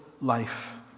life